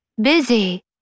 Busy